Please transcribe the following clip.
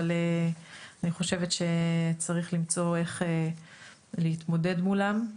אבל אני חושבת שצריך למצוא איך להתמודד מולם.